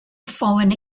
foreign